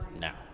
now